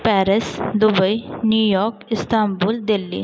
Paris Dubai New York Istanbul Delhi